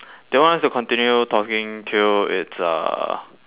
they want us to continue talking till it's uh